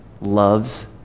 loves